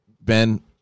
Ben